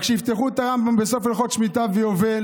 רק שיפתחו את הרמב"ם בסוף הלכות שמיטה ויובל